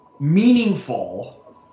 meaningful